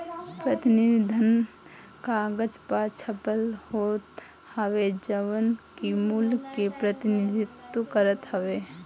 प्रतिनिधि धन कागज पअ छपल होत हवे जवन की मूल्य के प्रतिनिधित्व करत हवे